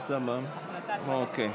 רבותיי,